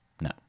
no